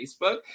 Facebook